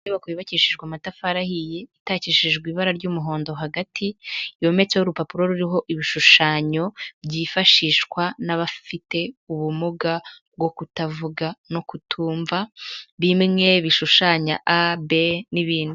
Inyubako yubakishijwe amatafari ahiye, itakishijwe ibara ry'umuhondo hagati, yometseho urupapuro ruriho ibishushanyo byifashishwa n'abafite ubumuga bwo kutavuga no kutumva bimwe bishushanya A B n'ibindi.